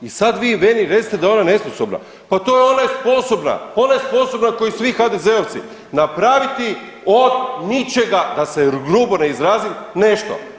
I sad vi meni recite da je ona nesposobna, pa to ona je sposobna, ona je sposobna ko i svi HDZ-ovci napraviti od ničega da se grubo ne izrazima nešto.